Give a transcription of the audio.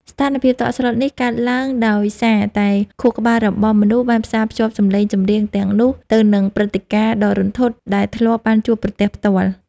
ស្ថានភាពតក់ស្លុតនេះកើតឡើងដោយសារតែខួរក្បាលរបស់មនុស្សបានផ្សារភ្ជាប់សម្លេងចម្រៀងទាំងនោះទៅនឹងព្រឹត្តិការណ៍ដ៏រន្ធត់ដែលធ្លាប់បានជួបប្រទះផ្ទាល់។